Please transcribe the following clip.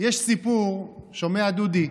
יש סיפור, שומע, דודי?